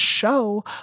Show